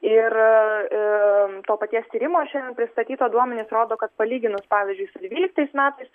ir to paties tyrimo šiandien pristatyta duomenys rodo palyginus pavyzdžiui su dvyliktais metais